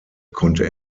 konnte